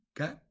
okay